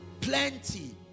Plenty